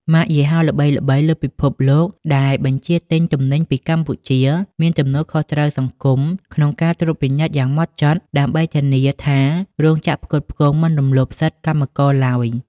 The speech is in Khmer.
ម៉ាកយីហោល្បីៗលើពិភពលោកដែលបញ្ជាទិញទំនិញពីកម្ពុជា មានទំនួលខុសត្រូវសង្គមក្នុងការត្រួតពិនិត្យយ៉ាងហ្មត់ចត់ ដើម្បីធានាថារោងចក្រផ្គត់ផ្គង់មិនរំលោភសិទ្ធិកម្មករឡើយ។